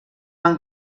van